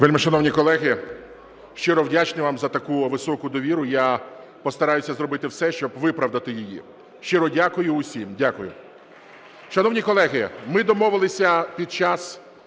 Вельмишановні колеги, щиро вдячний вам за таку високу довіру. Я постараюсь зробити все, щоб виправдати її. Щиро дякую усім, дякую.